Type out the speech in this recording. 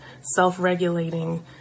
self-regulating